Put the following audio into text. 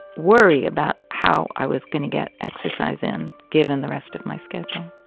worry about how i was going to get exercise in given the rest of my schedule.